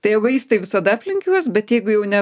tai egoistai visada aplink juos bet jeigu jau ne